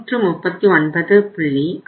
50 இது 506